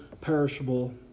perishable